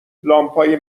لامپهای